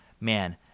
man